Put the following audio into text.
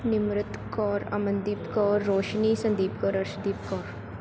Nimrat Kaur Amandeep Kaur Roshni Sandeep Kaur Arshdeep Kaur